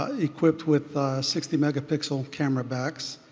ah equipped with sixty megapixel camera backs.